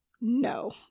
No